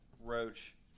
roach